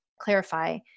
clarify